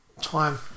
time